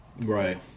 Right